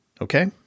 Okay